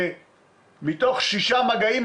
מתוך 6 מגעים,